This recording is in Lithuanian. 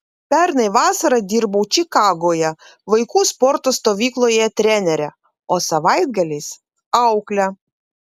pernai vasarą dirbau čikagoje vaikų sporto stovykloje trenere o savaitgaliais aukle